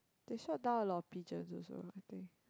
they shot down a lot of pigeons also I think